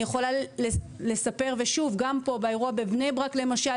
אני יכולה לספר שבאירוע בבני ברק למשל,